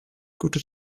gute